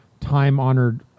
time-honored